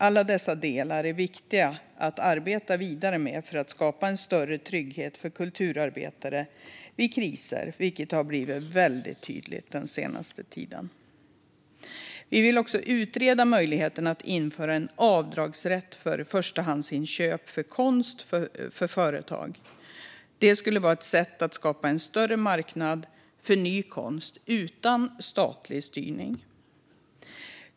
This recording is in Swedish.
Alla dessa delar är viktiga att arbeta vidare med för att skapa en större trygghet för kulturarbetare vid kriser, vilket har blivit väldigt tydligt under den senaste tiden. Vi vill också utreda möjligheten att införa en avdragsrätt för förstahandsinköp av konst för företag. Det skulle vara ett sätt att skapa en större marknad för ny konst utan statlig styrning.